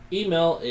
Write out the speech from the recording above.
email